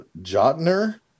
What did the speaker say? Jotner